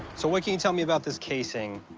so what can you tell me about this casing?